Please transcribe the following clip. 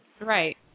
right